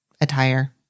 attire